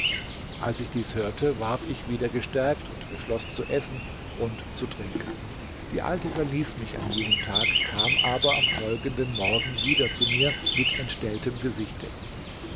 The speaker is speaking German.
als ich dies hörte ward ich wieder gestärkt und beschloß zu essen und zu trinken die alte verließ mich an jenem tag kam aber am folgenden morgen wieder zu mir mit entstelltem gesichte